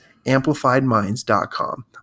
amplifiedminds.com